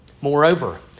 Moreover